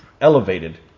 elevated